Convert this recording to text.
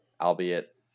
albeit